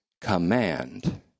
command